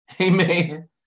Amen